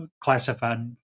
classified